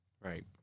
Right